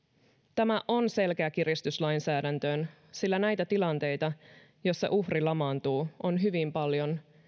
tämä on selkeä kiristys lainsäädäntöön sillä näitä tilanteita joissa uhri lamaantuu on hyvin paljon